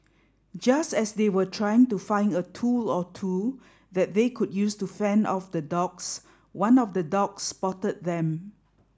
just as they were trying to find a tool or two that they could use to fend off the dogs one of the dogs spotted them